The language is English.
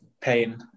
pain